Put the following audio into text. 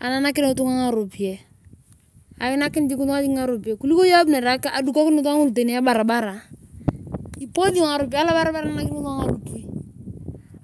ainanakin ngitunga ngaropijae. kuliko iyong adukokin ngitunga ngulu ebarabarak iposi alobarbar